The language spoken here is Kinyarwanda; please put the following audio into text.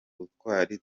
ubutwari